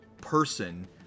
person